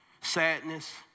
sadness